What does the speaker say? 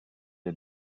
est